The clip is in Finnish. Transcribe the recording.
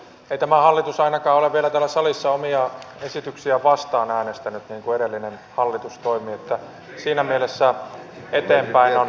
ei tämä hallitus ainakaan ole vielä täällä salissa omia esityksiään vastaan äänestänyt niin kuin edellinen hallitus toimi niin että siinä mielessä eteenpäin on menty